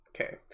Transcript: Okay